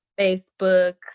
Facebook